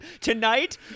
tonight